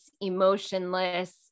emotionless